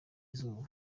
izuba